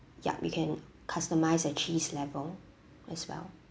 yup you can customize the cheese level as well